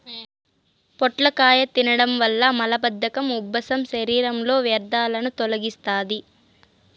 పొట్లకాయను తినడం వల్ల మలబద్ధకం, ఉబ్బసం, శరీరంలో వ్యర్థాలను తొలగిస్తాది